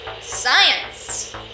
Science